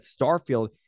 Starfield